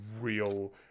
real